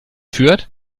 fürth